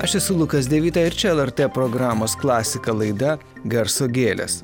aš esu lukas devita ir čia lrt programos klasika laida garso gėlės